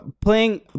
playing